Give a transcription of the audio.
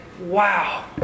wow